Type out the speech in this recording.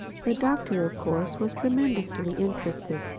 the doctor of course was tremendously interested.